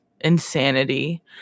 insanity